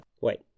Wait